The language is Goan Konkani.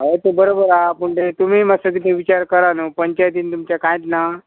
हय ते बरोबर आहा पूण ते तुमी मातसो कितें विचार करा न्हू पंचायतीन तुमच्या कांयत ना